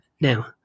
Now